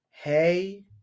Hey